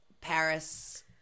paris